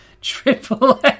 Triple